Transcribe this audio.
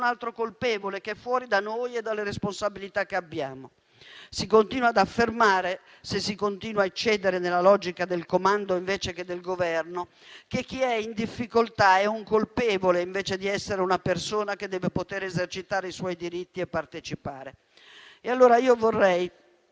altro colpevole, che è fuori da noi e dalle responsabilità che abbiamo. Si continua ad affermare, se si continua a eccedere nella logica del comando invece che del Governo, che chi è in difficoltà è un colpevole, invece di essere una persona che deve poter esercitare i suoi diritti e partecipare. Vorrei unirmi